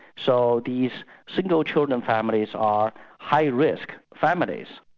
so these single-children and families are high risk families.